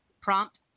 prompt